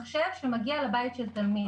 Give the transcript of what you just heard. זה מחשב שמגיע לבית של תלמיד.